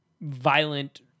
violent